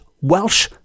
Welsh